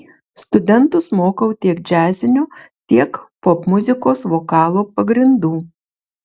studentus mokau tiek džiazinio tiek popmuzikos vokalo pagrindų